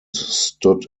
stood